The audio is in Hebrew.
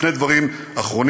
שני דברים אחרונים,